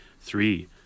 Three